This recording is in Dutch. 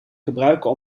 gebruiken